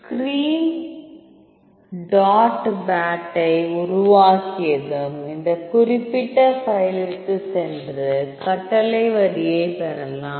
screen dot பேட்டை உருவாக்கியதும் இந்த குறிப்பிட்ட ஃபைலிற்கு சென்று கட்டளை வரியைப் பெறலாம்